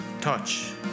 touch